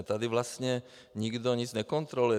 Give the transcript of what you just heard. Tady vlastně nikdo nic nekontroluje.